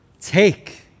Take